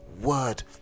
word